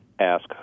ask